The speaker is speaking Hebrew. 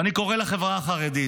אני קורא לחברה החרדית: